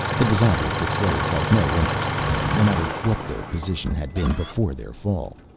it was obvious that slaves held no interest for him, no matter what their position had been before their fall.